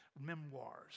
memoirs